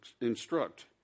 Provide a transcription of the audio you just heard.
instruct